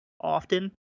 often